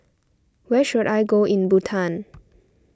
where should I go in Bhutan